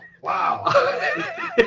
Wow